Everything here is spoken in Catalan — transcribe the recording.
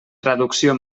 traducció